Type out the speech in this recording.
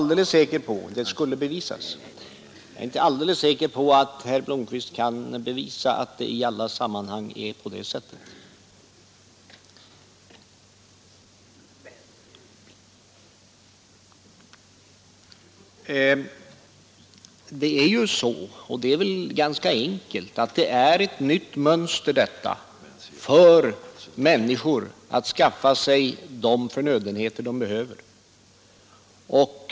Det skulle bevisas. Jag är inte alldeles säker på att herr Blomkvist kan bevisa att det är riktigt i alla sammanhang. Det är ganska enkelt att konstatera att detta är ett nytt mönster för människorna att handla efter när de skall skaffa sig olika förnödenheter.